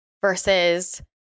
versus